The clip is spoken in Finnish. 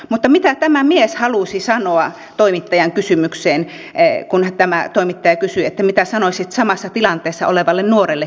mutta mitä tämä mies halusi sanoa toimittajan kysymykseen kun tämä toimittaja kysyi että mitä sanoisit samassa tilanteessa olevalle nuorelle keksijälle